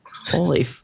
Holy